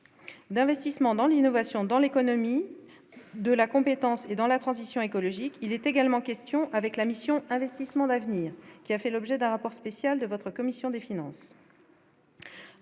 d'investissement dans l'innovation dans l'économie de la compétence et dans la transition écologique, il est également question avec la mission investissements d'avenir qui a fait l'objet d'un rapport spécial de votre commission des finances.